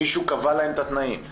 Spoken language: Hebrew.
מישהו קבע להם את התנאים,